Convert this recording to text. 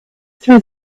through